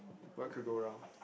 what could go wrong